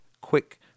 quick